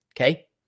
Okay